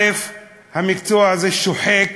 המקצוע הזה שוחק,